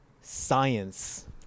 science